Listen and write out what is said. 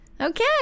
Okay